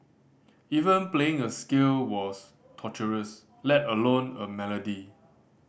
even playing a scale was torturous let alone a melody